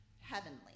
heavenly